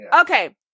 okay